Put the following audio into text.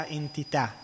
entità